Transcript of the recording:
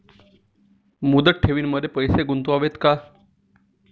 मुदत ठेवींमध्ये पैसे गुंतवावे का?